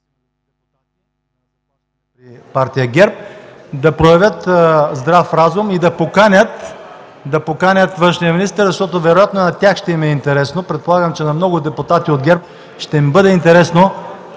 и реплики) да проявят здрав разум и да поканят външния министър, защото вероятно на тях ще им е интересно. Предполагам, че на много депутати от ГЕРБ ще им бъде интересно